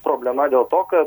problema dėl to ka